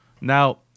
Now